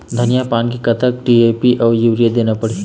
धनिया पान मे कतक कतक डी.ए.पी अऊ यूरिया देना पड़ही?